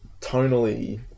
tonally